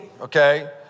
okay